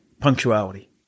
punctuality